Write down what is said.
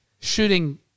shooting